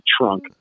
trunk